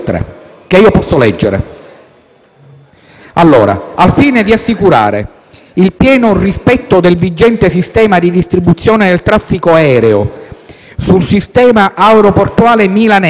1. Al fine di assicurare il pieno rispetto del vigente sistema di distribuzione del traffico aereo sul sistema aeroportuale milanese e consentire